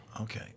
Okay